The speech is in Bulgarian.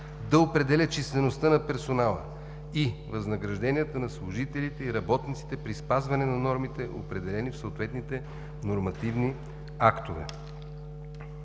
да определя числеността на персонала и възнагражденията на служителите и работниците при спазване на нормите, определени в съответните нормативни актове.